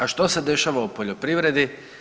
A što se dešava u poljoprivredi?